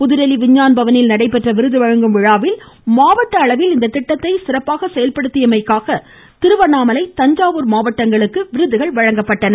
புதுதில்லி விஞ்ஞான் பவனில் இன்று நடைபெற்ற விருது வழங்கும் விழாவில் மாவட்ட அளவில் இத்திட்டத்தினை சிறப்பாக செயல்படுத்தியமைக்காக திருவண்ணாமலை தஞ்சாவூர் மாவட்டங்களுக்கு இந்த விருதுகள் வழங்கப்பட்டன